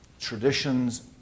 traditions